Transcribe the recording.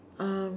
um